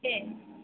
ठीक